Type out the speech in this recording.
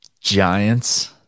Giants